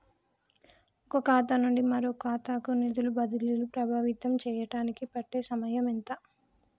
ఒక ఖాతా నుండి మరొక ఖాతా కు నిధులు బదిలీలు ప్రభావితం చేయటానికి పట్టే సమయం ఎంత?